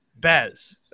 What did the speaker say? Bez